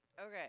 Okay